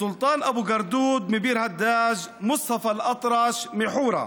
סולטאן אבו גרדוד מביר הדאג'; מוסטפא אל-אטרש מחורה,